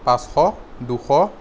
পাঁচশ দুশ